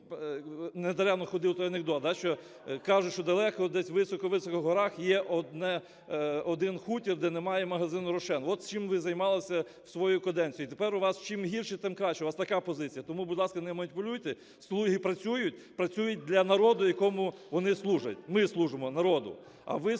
недаремно ходив той анекдот, що кажуть, що далеко десь, високо-високо в горах є один хутір, де немає магазину "Рошен". От чим ви займалися в свою каденцію. І тепер у вас: чим гірше, тим краще – у вас така позиція. Тому, будь ласка, не маніпулюйте. "Слуги" працюють, працюють для народу, якому вони служать. Ми служимо народу, а ви